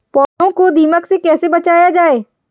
पौधों को दीमक से कैसे बचाया जाय?